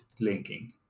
linking